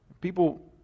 People